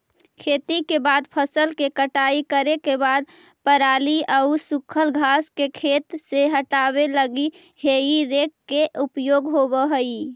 खेती के बाद फसल के कटाई करे के बाद पराली आउ सूखल घास के खेत से हटावे लगी हेइ रेक के उपयोग होवऽ हई